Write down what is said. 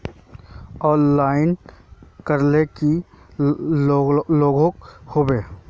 Online करले की लागोहो होबे?